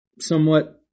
somewhat